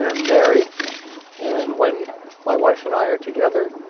ah married. and when my wife and i are together,